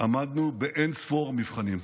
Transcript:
עמדנו באין-ספור מבחנים.